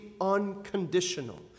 unconditional